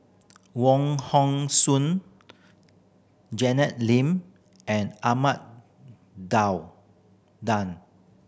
Wong Hong Suen Janet Lim and Ahmad Daud